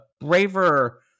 braver